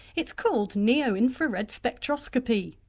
it's called neo-infrared spectroscopy.